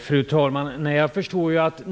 Fru talman!